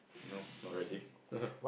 no not really